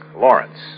Lawrence